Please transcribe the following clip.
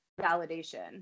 validation